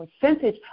percentage